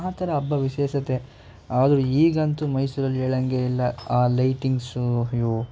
ಆ ಥರ ಹಬ್ಬ ವಿಶೇಷತೆ ಆದರೂ ಈಗಂತೂ ಮೈಸೂರಲ್ಲಿ ಹೇಳೋಂಗೇ ಇಲ್ಲ ಆ ಲೈಟಿಂಗ್ಸು ಅಯ್ಯೋ